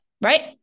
right